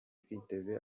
twiteze